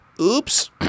Oops